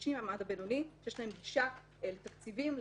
נשים מהמעמד הבינוני שיש להן גישה אל תקציבים,